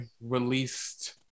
released